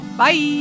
Bye